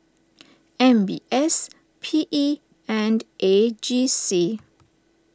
M B S P E and A G C